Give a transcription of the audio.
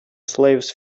slaves